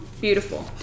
beautiful